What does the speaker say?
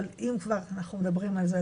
אבל אם כבר אנחנו מדברים על זה,